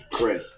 Chris